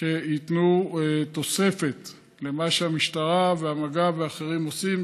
שייתנו תוספת למה שהמשטרה והמג"ב ואחרים עושים.